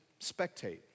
spectate